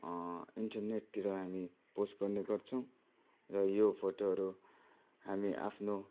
इन्टरनेटतिर हामी पोस्ट गर्नेगर्छौँ र यो फोटोहरू हामी आफ्नो